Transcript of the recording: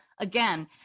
Again